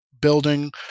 building